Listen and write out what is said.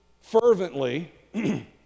fervently